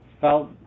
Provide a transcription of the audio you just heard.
felt